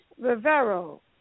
Rivero